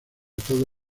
toda